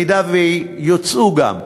אם יוצאו משם.